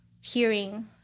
hearing